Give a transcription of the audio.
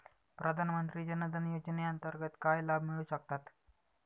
प्रधानमंत्री जनधन योजनेअंतर्गत काय लाभ मिळू शकतात?